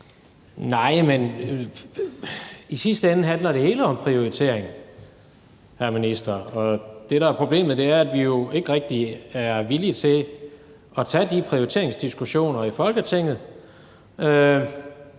Nej, men i sidste ende handler det hele om en prioritering, hr. minister, og det, der er problemet, er jo, at vi i Folketinget ikke rigtig er villige til at tage de prioriteringsdiskussioner. Men det